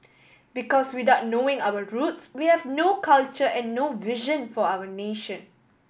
because without knowing our roots we have no culture and no vision for our nation